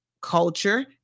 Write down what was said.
culture